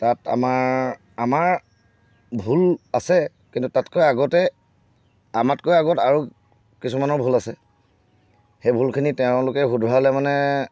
তাত আমাৰ আমাৰ ভুল আছে কিন্তু তাতকৈ আগতে আমাতকৈ আগত আৰু কিছুমানৰ ভুল আছে সেই ভুলখিনি তেওঁলোকে শুধৰালে মানে